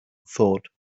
thought